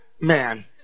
man